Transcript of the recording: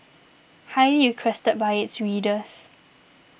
highly requested by its readers